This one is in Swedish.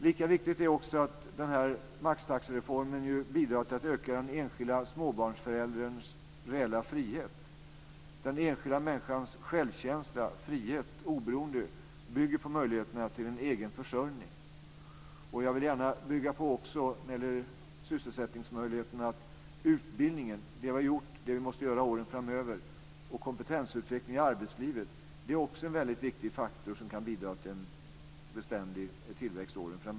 Lika viktigt är att maxtaxereformen bidrar till att öka den enskilda småbarnsförälderns reella frihet. Den enskilda människans självkänsla, frihet och oberoende bygger på möjligheterna till en egen försörjning. Jag vill när det gäller sysselsättningsmöjligheterna gärna tillägga att också den utbildning som vi har genomfört och måste genomföra åren framöver liksom kompetensutvecklingen i arbetslivet är väldigt viktiga faktorer, som kan komma att bidra till en beständig tillväxt.